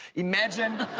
imagine,